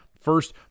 First